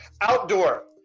outdoor